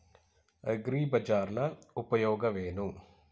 ಅಗ್ರಿಬಜಾರ್ ನ ಉಪಯೋಗವೇನು?